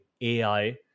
AI